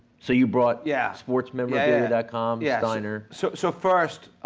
so you brought yeah sportsmemorabilia and com, yeah kind of so so first,